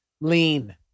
lean